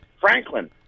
Franklin